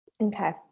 Okay